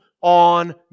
on